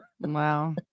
Wow